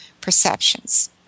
perceptions